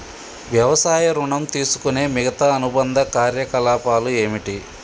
వ్యవసాయ ఋణం తీసుకునే మిగితా అనుబంధ కార్యకలాపాలు ఏమిటి?